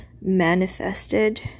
manifested